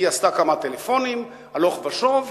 היא עשתה כמה טלפונים הלוך ושוב,